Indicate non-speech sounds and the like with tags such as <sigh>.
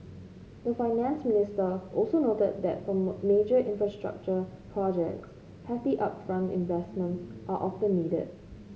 the finance minister also noted that for <unintelligible> major infrastructure projects hefty upfront investments are often needed